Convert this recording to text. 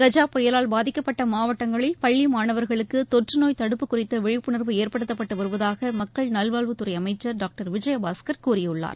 கஜா புயலால் பாதிக்கப்பட்ட மாவட்டங்களில் பள்ளி மாணவர்களுக்கு தொற்று நோய் தடுப்பு குறித்த விழிப்புணர்வு ஏற்படுத்தப்பட்டு வருவதாக மக்கள் நல்வாழ்வுத் துறை அமைச்சர் டாக்டர் விஜயபாஸ்கர் கூறியுள்ளார்